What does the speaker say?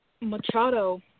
Machado